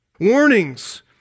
Warnings